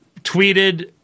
tweeted